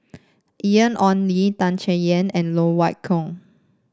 Ian Ong Li Tan Chay Yan and Loke Wan Tho